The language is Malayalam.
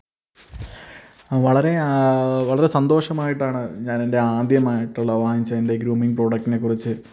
വളരെ വളരെ സന്തോഷമായിട്ടാണ് ഞാനെന്റെ ആദ്യമായിട്ടുള്ള വാങ്ങിച്ചതിൻ്റെ ഗ്രൂമിങ്ങ് പ്രോടക്റ്റിനെക്കുറിച്ച്